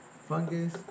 fungus